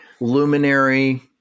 Luminary